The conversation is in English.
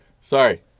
Sorry